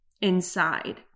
inside